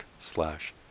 slash